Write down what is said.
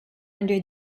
under